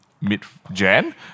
mid-Jan